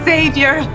Savior